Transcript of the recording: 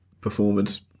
Performance